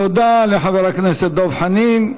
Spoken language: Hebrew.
תודה לחבר הכנסת דב חנין.